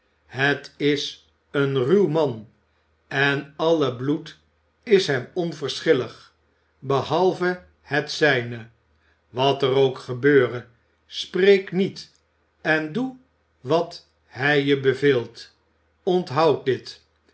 het is een ruw man en alle bloed is hem onverschillig behalve het zijne wat er ook gebeure spreek niet en doe wat hij je beveelt onthoud dit